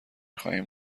خواهیم